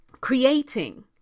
creating